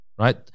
right